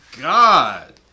God